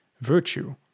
virtue